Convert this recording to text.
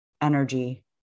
energy